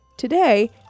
Today